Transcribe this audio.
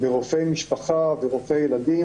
רופאי משפחה ורופאי ילדים,